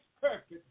perfect